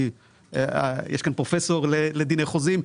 יש כאן פרופסור לדיני חוזים,